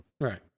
Right